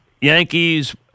Yankees